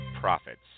profits